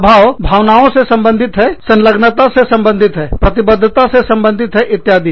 प्रभाव भावनाओं से संबंधित है संलग्नता संबंधित है प्रतिबद्धता से संबंधित है इत्यादि